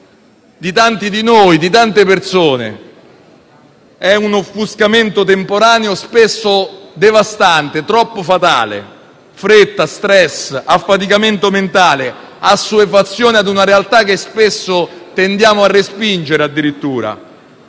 di tanti di noi, di tante persone. È un offuscamento temporaneo spesso devastante, troppo fatale: fretta, *stress*, affaticamento mentale, assuefazione a una realtà che spesso tendiamo addirittura